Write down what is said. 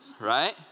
right